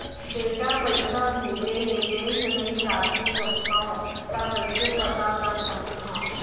बेटा पइसा भेजे हे, बैंक नई जाथे सकंव त कइसे पता कर सकथव?